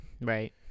Right